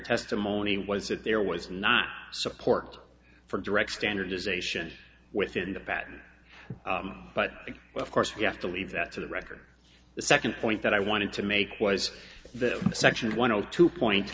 testimony was that there was not support for direct standardization within the baton but of course we have to leave that to the record the second point that i wanted to make was that section one hundred two point